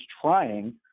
trying